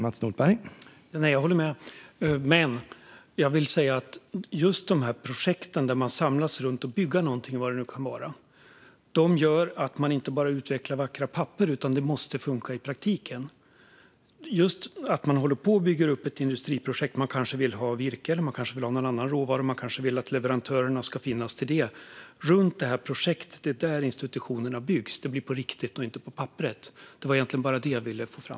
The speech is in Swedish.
Herr talman! Jag håller med. Men jag vill säga att just de här projekten där man samlas runt att bygga någonting, vad det nu kan vara, gör att man inte bara utvecklar vackra papper, utan det är sådant som måste funka i praktiken. Om man håller på att bygga upp ett industriprojekt kanske man vill ha virke eller någon annan råvara. Man kanske vill att leverantörerna ska finnas runt det projektet, och det är där institutionerna byggs. Det blir på riktigt och inte på papperet. Det var egentligen bara det jag vill få fram.